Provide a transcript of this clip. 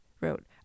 wrote